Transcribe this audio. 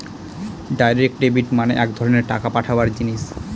direct debit মানে এক ধরনের টাকা পাঠাবার জিনিস